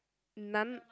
none